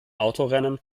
autorennen